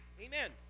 Amen